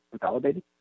validated